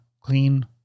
clean